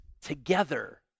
together